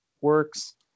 works